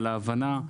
על ההבנה.